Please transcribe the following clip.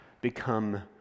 become